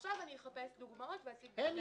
ועכשיו אני אחפש דוגמאות ואציג בפני היועץ המשפטי.